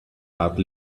heart